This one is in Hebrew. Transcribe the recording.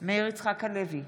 מאיר יצחק הלוי,